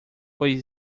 foi